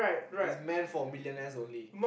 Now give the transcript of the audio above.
it's meant for millionaires only